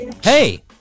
Hey